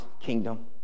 kingdom